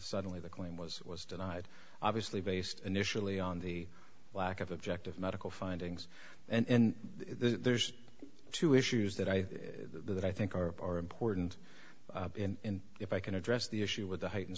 suddenly the claim was denied obviously based initially on the lack of objective medical findings and there's two issues that i that i think are important in if i can address the issue with the heightened